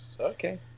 Okay